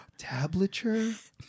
tablature